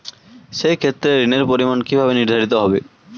সে ক্ষেত্রে ঋণের পরিমাণ কিভাবে নির্ধারিত হবে?